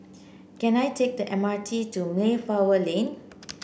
can I take the M R T to Mayflower Lane